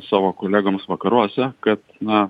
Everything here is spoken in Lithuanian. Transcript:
savo kolegoms vakaruose kad na